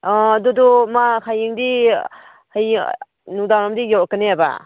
ꯑꯗꯨꯗꯣ ꯃꯥ ꯍꯌꯦꯡꯗꯤ ꯍꯌꯦꯡ ꯅꯨꯡꯗꯥꯡ ꯋꯥꯏꯔꯝꯗꯤ ꯌꯧꯔꯛꯀꯅꯦꯕ